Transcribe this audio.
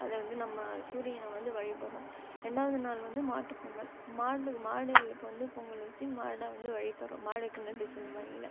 அதை வந்து நம்ம சூரியனை வந்து வழிபடுறோம் ரெண்டாவது நாள் வந்து மாட்டு பொங்கல் மாடு மாடுகளுக்கு வந்து பொங்கல் வச்சு மாடை வந்து வழிபடுறோம் மாடுக்கு நன்றி சொல்லும் வகையில்